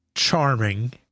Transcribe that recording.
Charming